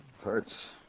Hurts